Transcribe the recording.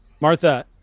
martha